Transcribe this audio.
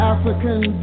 African